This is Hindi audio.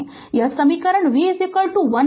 तो यह समीकरण v 1c idt